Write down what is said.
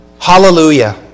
Hallelujah